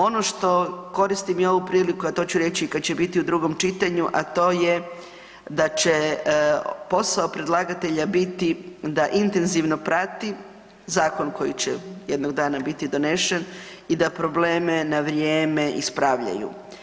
Ono što koristim ovu priliku, a to ću reći i kada će biti u drugom čitanju, a to je da će posao predlagatelja biti da intenzivno prati zakon koji će jednog dana biti donesen i da problem na vrijeme ispravljaju.